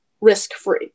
risk-free